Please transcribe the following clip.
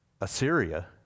Assyria